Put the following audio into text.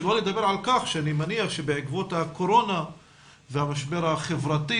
שלא לדבר על כך שאני מניח שבעקבות הקורונה והמשבר החברתי